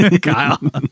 Kyle